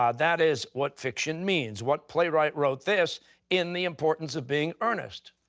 ah that is what fiction means. what playwright wrote this in the importance of being earnest?